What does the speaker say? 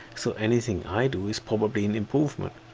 so anything i do is probably an improvement.